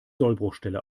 sollbruchstelle